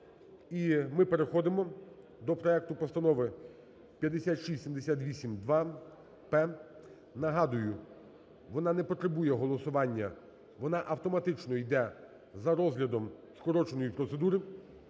ми переходимо до проекту Постанови 5678-2/П. Нагадую, вона не потребує голосування, вона автоматично йде за розглядом скороченої процедури.